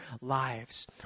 lives